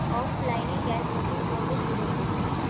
অফলাইনে গ্যাসের বুকিং করব কিভাবে?